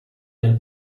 nel